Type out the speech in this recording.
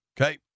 Okay